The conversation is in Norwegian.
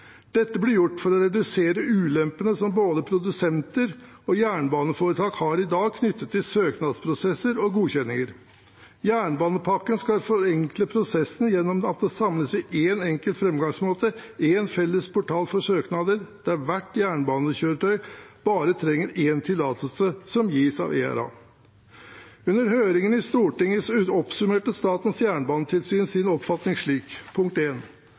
Dette blir gjort for å redusere ulempene som både produsenter og jernbaneforetak har i dag knyttet til søknadsprosesser og godkjenninger. Jernbanepakken skal forenkle prosessen gjennom at den samles i én enkelt framgangsmåte, en felles portal for søknader, der hvert jernbanekjøretøy bare trenger én tillatelse, som gis av ERA. Under høringen i Stortinget oppsummerte Statens jernbanetilsyn sin oppfatning slik: